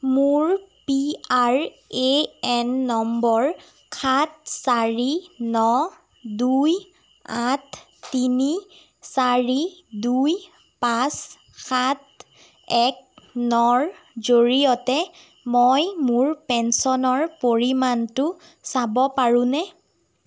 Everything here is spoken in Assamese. মোৰ P R A N number সাত চাৰি ন দুই আঠ তিনি চাৰি দুই পাঁচ সাত এক ন ৰ জৰিয়তে মই মোৰ পেঞ্চনৰ পৰিমাণটো চাব পাৰোঁনে